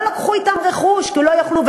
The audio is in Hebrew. לא לקחו אתם רכוש כי לא יכלו,